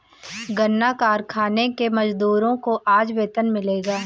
गन्ना कारखाने के मजदूरों को आज वेतन मिलेगा